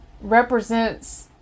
represents